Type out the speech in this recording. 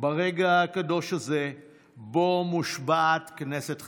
ברגע הקדוש הזה שבו מושבעת כנסת חדשה,